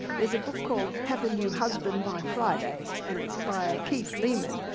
there's a book called have a new husband by friday, and it's by keith leman.